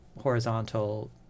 horizontal